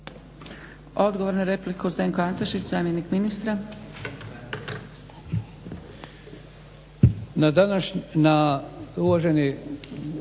Odgovor na repliku, Zdenko Antešić zamjenik ministra.